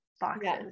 Boxes